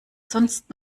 sonst